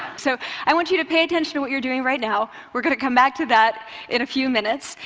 so i want you to pay attention to what you're doing right now. we're going to come back to that in a few minutes,